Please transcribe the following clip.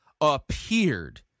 appeared